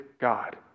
God